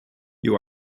you